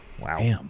Wow